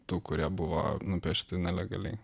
tų kurie buvo nupiešti nelegaliai